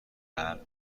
قلب